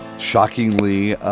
shockingly,